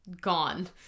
gone